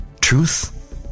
Truth